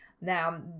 Now